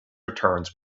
returns